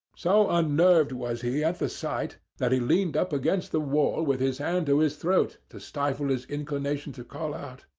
so unnerved was he at the sight that he leaned up against the wall with his hand to his throat to stifle his inclination to call out.